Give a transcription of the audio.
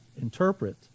interpret